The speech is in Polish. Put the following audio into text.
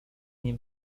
nie